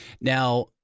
Now